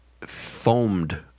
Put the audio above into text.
foamed